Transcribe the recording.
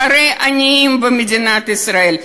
אחרי העניים במדינת ישראל,